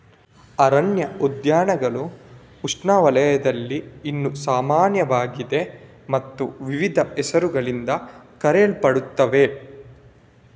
ಅರಣ್ಯ ಉದ್ಯಾನಗಳು ಉಷ್ಣವಲಯದಲ್ಲಿ ಇನ್ನೂ ಸಾಮಾನ್ಯವಾಗಿದೆ ಮತ್ತು ವಿವಿಧ ಹೆಸರುಗಳಿಂದ ಕರೆಯಲ್ಪಡುತ್ತವೆ